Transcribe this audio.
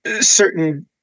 certain